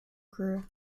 grew